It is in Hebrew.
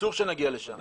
אסור שנגיע לשם.